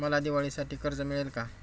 मला दिवाळीसाठी कर्ज मिळेल का?